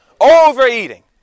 Overeating